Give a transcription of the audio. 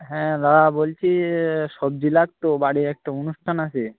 হ্যাঁ দাদা বলছি সবজি লাগত বাড়ির একটা অনুষ্ঠান আছে